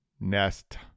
Nest